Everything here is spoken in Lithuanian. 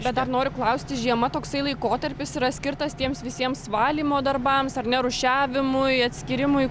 bet dar noriu klausti žiema toksai laikotarpis yra skirtas tiems visiems valymo darbams ar ne rūšiavimui atskyrimui